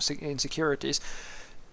insecurities